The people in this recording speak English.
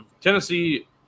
Tennessee